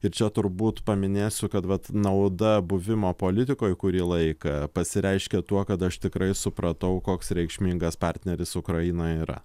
ir čia turbūt paminėsiu kad vat nauda buvimo politikoj kurį laiką pasireiškia tuo kad aš tikrai supratau koks reikšmingas partneris ukraina yra